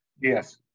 Yes